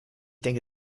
denke